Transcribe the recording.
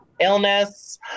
illness